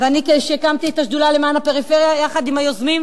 כשהקמתי את השדולה למען הפריפריה יחד עם היוזמים,